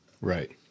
Right